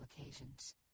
occasions